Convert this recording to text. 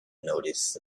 noticed